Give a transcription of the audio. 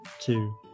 two